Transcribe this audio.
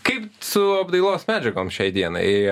kaip su apdailos medžiagom šiai dienai